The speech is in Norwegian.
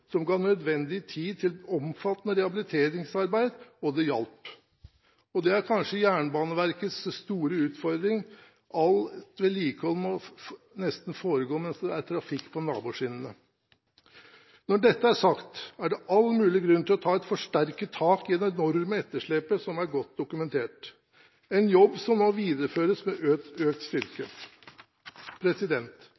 som ga nødvendig tid til et omfattende rehabiliteringsarbeid, og det hjalp. Det er kanskje Jernbaneverkets store utfordring: Alt vedlikehold må nesten foregå mens det er trafikk på naboskinnene. Når dette er sagt, er det all mulig grunn til å ta et forsterket tak i det enorme etterslepet som er godt dokumentert, en jobb som må videreføres med økt styrke.